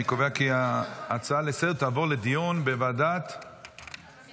אני קובע כי ההצעה לסדר-היום תעבור לדיון בוועדת החינוך.